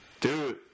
Dude